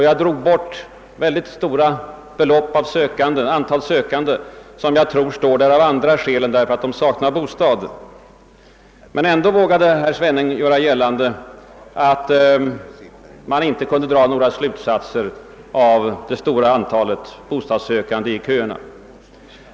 Jag drog bort ett stort antal sökande som jag tror står där av andra skäl än därför att de saknar bostad. Men herr Svenning vågade göra gällande, att man inte kunde dra några slutsatser av det stora antalet sökande i köerna.